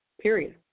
Period